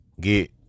Get